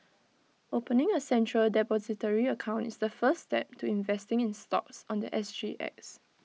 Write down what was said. opening A central Depository account is the first step to investing in stocks on The S G X